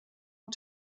und